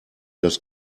das